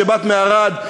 שבאת מערד,